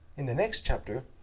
in the next chapter,